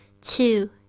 Two